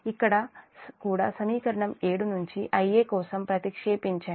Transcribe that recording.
ఇక్కడ కూడా సమీకరణం 7 నుంచి Ia కోసం ప్రతిక్షేపించండి